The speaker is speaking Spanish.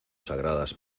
sagradas